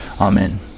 Amen